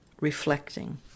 reflecting